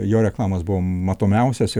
jo reklamos buvo matomiausios